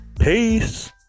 Peace